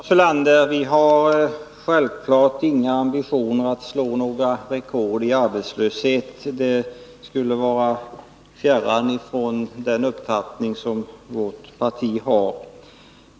Fru talman! Vi har självklart inga ambitioner att slå rekord i arbetslöshet — detär fjärran från den uppfattning som vårt parti har.